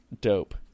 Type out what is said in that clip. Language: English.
dope